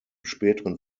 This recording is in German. späteren